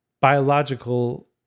biological